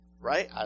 right